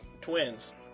twins